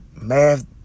math